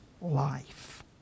life